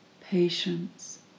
patience